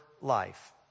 life